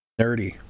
nerdy